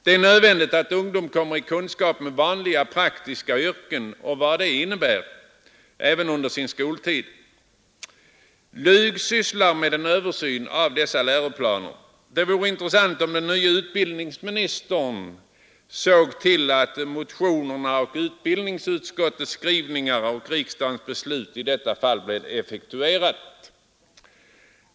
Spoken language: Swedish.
Det är nödvändigt att ungdomen får kunskap om vanliga praktiska yrken och vad de innebär även under sin skoltid. LUG sysslar med en översyn av läroplanerna. Det vore bra om den nye utbildningsministern såg till att kraven i motionerna och det som riksdagen beslutat i enlighet med utbildningsutskottets hemställan i detta fall bleve effektuerat.